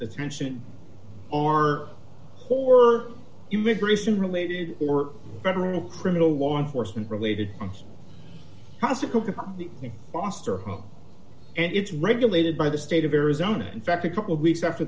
attention or poor immigration related or federal criminal law enforcement related and prosecuted the foster home and it's regulated by the state of arizona in fact a couple of weeks after